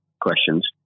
questions